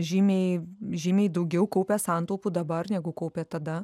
žymiai žymiai daugiau kaupia santaupų dabar negu kaupė tada